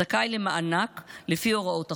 זכאי למענק לפי הוראות החוק.